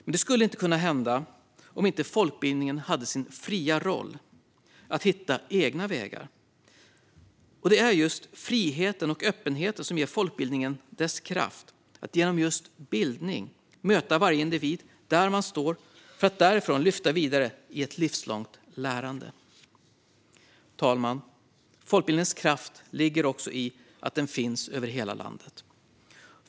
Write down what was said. Detta skulle inte kunna hända om inte folkbildningen hade sin fria roll att hitta egna vägar. Och det är just friheten och öppenheten som ger folkbildningen dess kraft att genom bildning möta varje individ där man står för att därifrån lyfta vidare i ett livslångt lärande. Fru talman! Folkbildningens kraft ligger också i att den finns över hela landet.